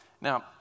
Now